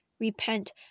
Repent